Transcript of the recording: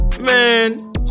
man